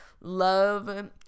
love